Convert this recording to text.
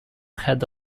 had